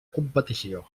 competició